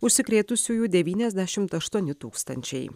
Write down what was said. užsikrėtusiųjų devyniasdešimt aštuoni tūkstančiai